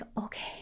okay